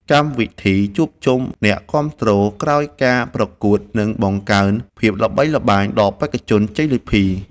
កម្មវិធីជួបជុំអ្នកគាំទ្រក្រោយការប្រកួតនឹងបង្កើនភាពល្បីល្បាញដល់បេក្ខជនជ័យលាភី។